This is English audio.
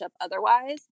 otherwise